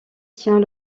tient